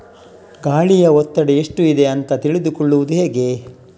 ಗಾಳಿಯ ಒತ್ತಡ ಎಷ್ಟು ಇದೆ ಅಂತ ತಿಳಿದುಕೊಳ್ಳುವುದು ಹೇಗೆ?